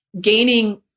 gaining